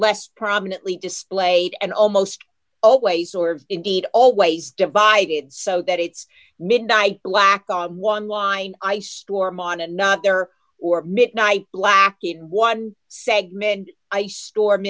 less prominently displayed and almost always or indeed always divided so that it's midnight black on one line ice storm on a not there or midnight black you had one segment ice storm